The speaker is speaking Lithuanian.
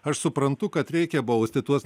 aš suprantu kad reikia bausti tuos